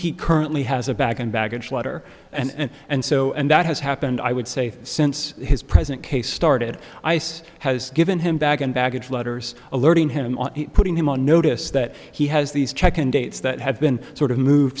currently has a back and baggage letter and and so and that has happened i would say since his present case started ice has given him back in baggage letters alerting him on putting him on notice that he has these check and dates that have been sort of moved